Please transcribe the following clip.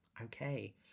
Okay